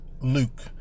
Luke